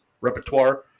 repertoire